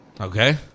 Okay